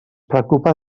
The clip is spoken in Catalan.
preocupa